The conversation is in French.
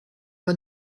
pas